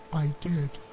i did.